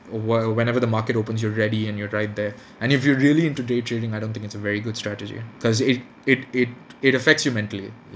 while whenever the market opens you're ready and you're right there and if you're really into day trading I don't think it's a very good strategy because it it it it affects you mentally